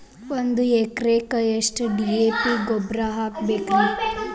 ಒಂದು ಎಕರೆಕ್ಕ ಎಷ್ಟ ಡಿ.ಎ.ಪಿ ಗೊಬ್ಬರ ಹಾಕಬೇಕ್ರಿ?